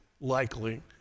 likely